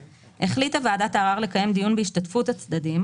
"(ב)החליטה ועדת הערר לקיים דיון בהשתתפות הצדדים,